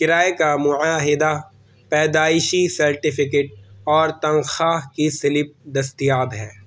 کرایے کا معاہدہ پیدائشی سرٹیفکیٹ اور تنخواہ کی سلپ دستیاب ہیں